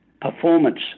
performance